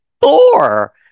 Thor